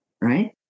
right